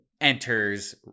enters